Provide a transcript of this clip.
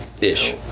ish